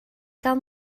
gael